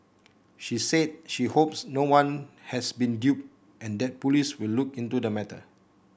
she said she hopes no one has been duped and that police will look into the matter